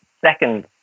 second